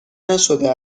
نشده